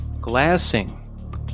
glassing